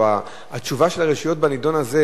או התשובה של הרשויות בנדון הזה,